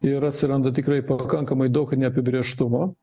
ir atsiranda tikrai pakankamai daug neapibrėžtumo